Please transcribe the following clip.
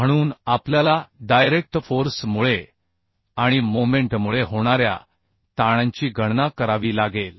म्हणून आपल्याला direct force मुळे आणि मोमेंटमुळे होणाऱ्या ताणांची गणना करावी लागेल